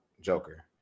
joker